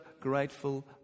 grateful